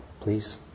please